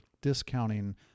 discounting